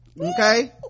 Okay